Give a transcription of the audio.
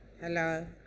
Hello